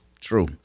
True